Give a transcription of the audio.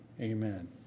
Amen